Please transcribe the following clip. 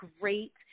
great